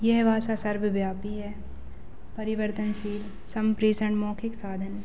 यह भाषा सर्वव्यापी है परिवर्तनशील संप्रेषण मौखिक साधन है